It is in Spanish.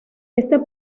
este